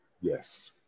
Yes